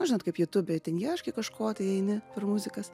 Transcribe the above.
na žinot kaip jutūbėj ten ieškai kažkotai eini per muzikas